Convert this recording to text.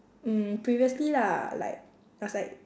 mm previously lah like I was like